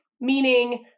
meaning